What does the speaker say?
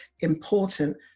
important